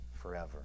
forever